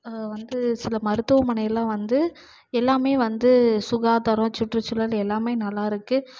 வந்து சில மருத்துவமனையில் வந்து எல்லாம் வந்து சுகாதாரம் சுற்று சூழல் எல்லாம் நல்லா இருக்குது